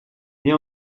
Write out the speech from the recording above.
mais